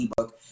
ebook